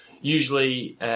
Usually